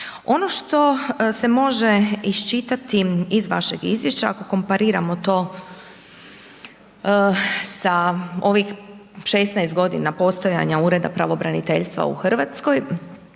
Ono što se može iščitati iz vašeg izvješća, ako kompariramo to sa ovih 16 g. postojanja ureda pravobraniteljstva u Hrvatskoj,